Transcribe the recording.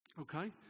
Okay